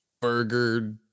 burger